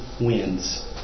wins